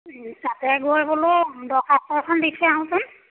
তাতে গৈ বোলো দৰ্খাস্ত এখন দি থৈ আহোঁচোন